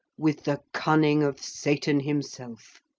with the cunning of satan himself.